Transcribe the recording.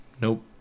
Nope